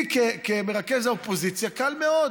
לי כמרכז האופוזיציה קל מאוד,